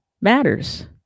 matters